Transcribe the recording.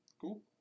Cool